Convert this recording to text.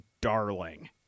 Darling